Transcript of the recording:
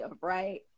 right